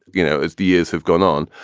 you know, as the years have gone on.